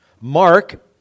Mark